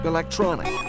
Electronic